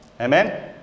Amen